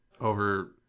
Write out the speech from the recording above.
over